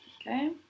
Okay